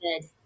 good